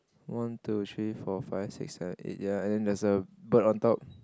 one two three four five six seven eight ya and then there's a bird on top